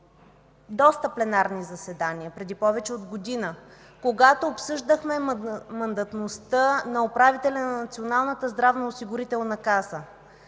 доста пленарни заседания, преди повече от година, когато обсъждахме мандатността на управителя на Националната здравноосигурителна каса.